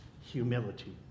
humility